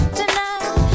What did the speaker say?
tonight